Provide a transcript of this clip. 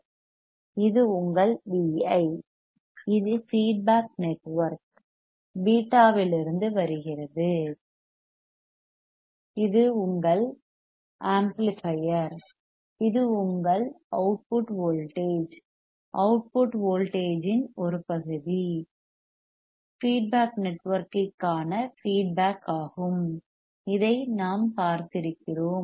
VS இது உங்கள் Vi இது ஃபீட்பேக் நெட்வொர்க் பீட்டாவிலிருந்து வருகிறது இது உங்கள் ஆம்ப்ளிபையர் இது உங்கள் அவுட்புட் வோல்டேஜ் அவுட்புட் வோல்டேஜ் இன் ஒரு பகுதி ஃபீட்பேக் நெட்வொர்க்கிற்கான ஃபீட்பேக் ஆகும் இதை நாம் பார்த்திருக்கிறோம்